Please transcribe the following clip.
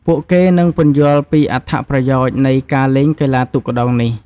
ពួកគេនឹងពន្យល់ពីអត្ថប្រយោជន៍នៃការលេងកីឡាទូកក្ដោងនេះ។